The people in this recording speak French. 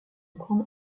grande